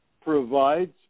provides